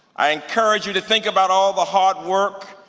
i encourage you to think about all the hard work,